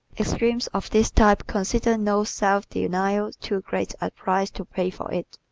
extremes of this type consider no self-denial too great a price to pay for it.